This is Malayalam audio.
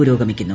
പുരോഗമിക്കുന്നു